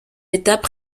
étape